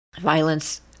violence